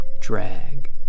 drag